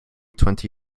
twenty